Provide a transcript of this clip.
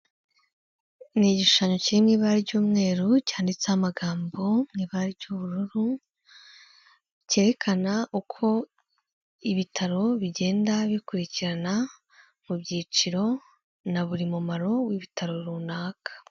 Ni igishushanyo kiri mu ibara ry'umweru, cyanditseho amagambo mu ibara ry'ubururu, cyerekana uko ibitaro bigenda bikurikirana mu byiciro na buri mu mumaro w'ibitaro runaka.